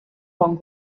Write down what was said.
bon